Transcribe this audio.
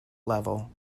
level